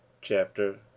chapter